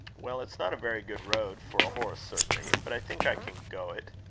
well, it's not a very good road for a horse certainly, but i think i can go it.